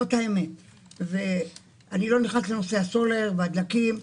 אני לא נכנס לנושא הסולר והדלקים,